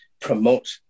promote